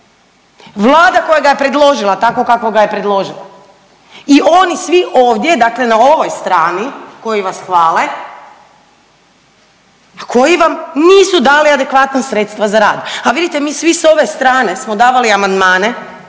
Vlada koja ga je predložila takvog kakvog je predložila i oni svi ovdje dakle na ovoj strani koji vas hvale, a koji vam nisu dali adekvatna sredstva za rad, a vidite mi svi s ove strane smo davali amandmane